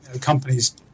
companies